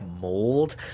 mold